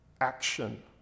action